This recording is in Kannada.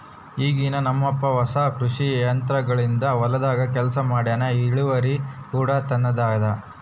ಈಗ ನಮ್ಮಪ್ಪ ಹೊಸ ಕೃಷಿ ಯಂತ್ರೋಗಳಿಂದ ಹೊಲದಾಗ ಕೆಲಸ ಮಾಡ್ತನಾ, ಇಳಿವರಿ ಕೂಡ ತಂಗತಾನ